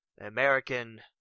American